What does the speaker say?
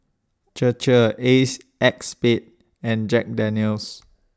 Chir Chir Ace X Spade and Jack Daniel's